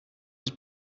was